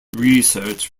research